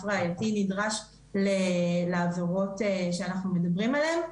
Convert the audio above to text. ראייתי נדרש לעבירות שאנחנו מדברים עליהן.